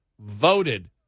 voted